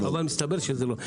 אבל מסתבר שזה לא,